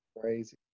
Crazy